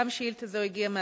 גם שאילתא זו הגיעה מהציבור,